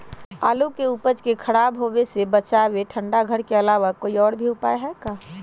आलू के उपज के खराब होवे से बचाबे ठंडा घर के अलावा कोई और भी उपाय है का?